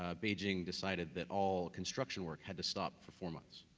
ah beijing decided that all construction works had to stop performance.